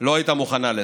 לא הייתה מוכנה לזה: